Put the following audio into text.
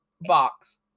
box